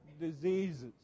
diseases